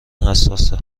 حساسه